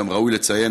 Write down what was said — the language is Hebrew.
ראוי לציין,